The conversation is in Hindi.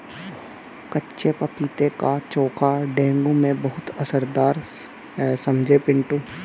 कच्चे पपीते का चोखा डेंगू में बहुत असरदार है समझे पिंटू